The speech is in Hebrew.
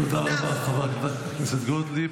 תודה רבה, חברת הכנסת גוטליב.